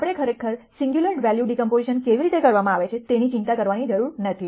આપણે ખરેખર singular value decomposition કેવી રીતે કરવામાં આવે છે તેની ચિંતા કરવાની જરૂર નથી